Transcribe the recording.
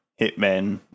Hitmen